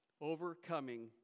Overcoming